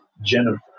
Jennifer